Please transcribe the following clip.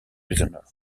prisoner